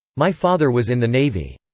my father was in the navy.